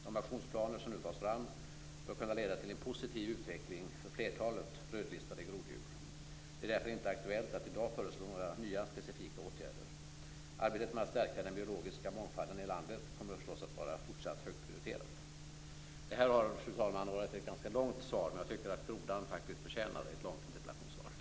De aktionsplaner som nu tas fram bör kunna leda till en positiv utveckling för flertalet rödlistade groddjur. Det är därför inte aktuellt att i dag föreslå några nya specifika åtgärder. Arbetet med att stärka den biologiska mångfalden i landet kommer förstås att vara fortsatt högt prioriterat. Det här, fru talman, har varit ett ganska långt svar, men jag tycker att grodan faktiskt förtjänar ett långt interpellationssvar.